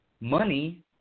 money –